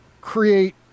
create